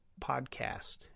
podcast